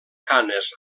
canes